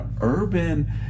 urban